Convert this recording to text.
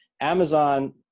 Amazon